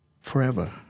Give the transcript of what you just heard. forever